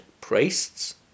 priests